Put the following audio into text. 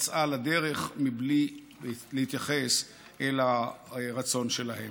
יצאה לדרך בלי להתייחס לרצון שלהם.